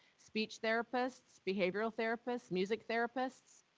speech therapists, behavioral therapists, music therapists.